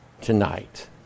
tonight